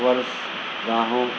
درسگاہوں